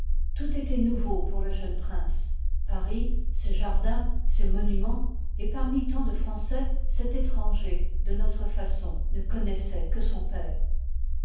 tout étoit nouveau pour le jeune prince paris ses jardins ses monuraens et parmi tant de français cet étranger de notre façon ne cohnoissoit que son père